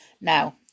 now